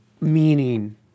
meaning